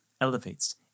elevates